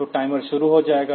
तो टाइमर शुरू हो जाएगा